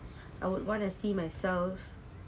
I would wanna see myself